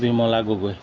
Bimala Gogoi